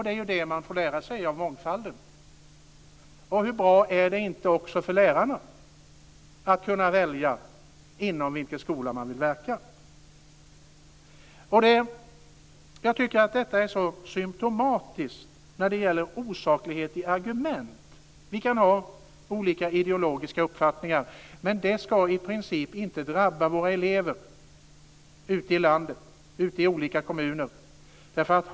Det är det man får lära sig av mångfalden. Hur bra är det inte också för lärarna att kunna välja inom vilken skola de vill verka? Jag tycker att detta är så symtomatiskt när det gäller osaklighet i argument. Vi kan ha olika ideologiska uppfattningar, men det ska i princip inte drabba våra elever i olika kommuner ute i landet.